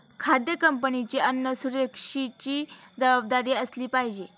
खाद्य कंपन्यांची अन्न सुरक्षेची जबाबदारी असली पाहिजे